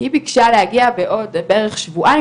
היא ביקשה להגיע בערך בעוד שבועיים,